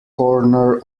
corner